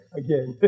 again